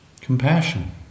Compassion